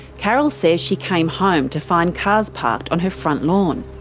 carol says she came home to find cars parked on her front lawn.